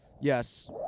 Yes